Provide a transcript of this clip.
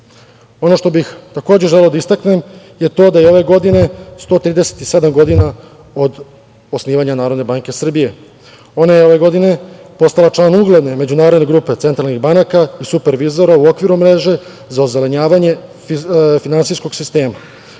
što bih takođe želeo da istaknem, to je da je ove godine 137 godina od osnivanja NBS. Ona je ove godine postala član ugledne međunarodne grupe centralnih banaka i supervizora u okviru mreže za ozelenjavanje finansijskog sistema.